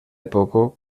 poco